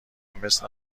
مثل